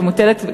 שמוטלת,